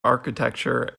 architecture